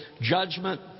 judgment